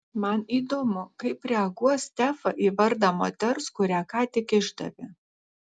man įdomu kaip reaguos stefa į vardą moters kurią ką tik išdavė